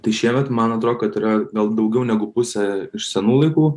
tai šiemet man atrodo kad yra gal daugiau negu pusė iš senų laikų